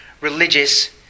religious